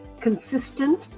consistent